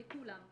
לכולם.